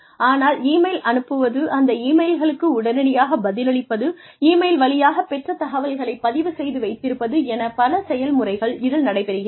ஆனால் இமெயில் அனுப்புவது அந்த இமெயில்களுக்கு உடனடியாக பதிலளிப்பது இமெயில் வழியாகப் பெற்ற தகவல்களைப் பதிவு செய்து வைத்திருப்பது எனப் பல செயல்முறைகள் இதில் நடைபெறுகிறது